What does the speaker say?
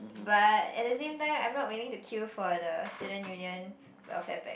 but at the same time I'm not willing to queue for the Student Union welfare pack